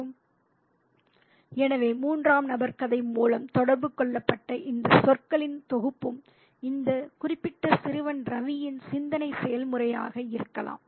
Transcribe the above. " எனவே மூன்றாம் நபர் கதை மூலம் தொடர்பு கொள்ளப்பட்ட இந்த சொற்களின் தொகுப்பும் இந்த குறிப்பிட்ட சிறுவன் ரவியின் சிந்தனை செயல்முறையாக இருக்கலாம்